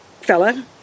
fella